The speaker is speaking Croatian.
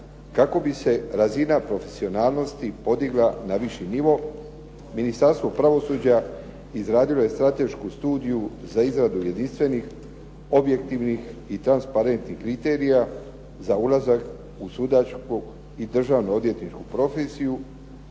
kako bi se razina profesionalnosti podigla na viši nivo, Ministarstvo pravosuđa izradilo je stratešku studiju za izradu objektivnih, transparentnih kriterija za ulazak u sudačko i državno odvjetničku profesiju